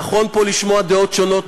נכון פה לשמוע דעות שונות,